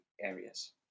areas